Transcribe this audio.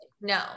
no